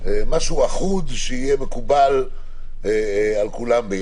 משהו אחוד שיהיה מקובל על כולם.